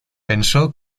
pensó